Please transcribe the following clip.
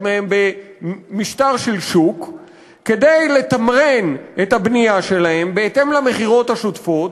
מהם במשטר של שוק כדי לתמרן את הבנייה שלהם בהתאם למכירות השוטפות,